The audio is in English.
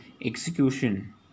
execution